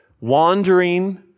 wandering